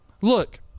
Look